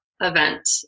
event